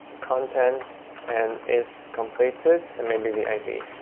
content and iscompleted, and maybe the id.